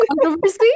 controversy